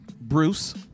Bruce